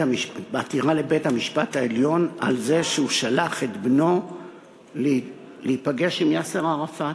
עתירה לבית-המשפט העליון על זה שהוא שלח את בנו להיפגש עם יאסר ערפאת.